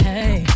Hey